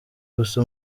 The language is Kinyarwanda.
gusa